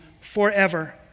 forever